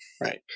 Right